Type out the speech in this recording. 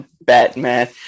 Batman